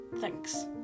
Thanks